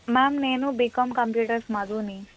ma'am నేను BCom computers మధుని